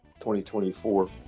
2024